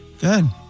good